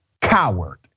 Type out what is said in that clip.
coward